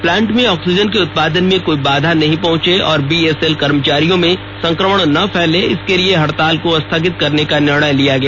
plant में oxygen के उत्पादन में कोई बाधा नहीं पहंचे और बीएसएल कर्मचारियों में संक्रमण नहीं फैले इसके लिए हड़ताल को स्थगित करने का निर्णय लिया गया